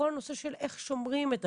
לכן הנושא חייב לקבל ביטוי.